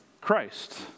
christ